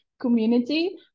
community